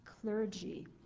clergy